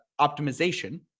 optimization